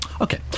Okay